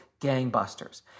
gangbusters